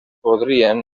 podrien